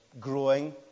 growing